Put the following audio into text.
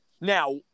Now